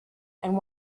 and